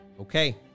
Okay